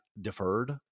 deferred